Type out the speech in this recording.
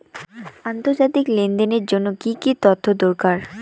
আন্তর্জাতিক লেনদেনের জন্য কি কি তথ্য দরকার?